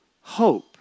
hope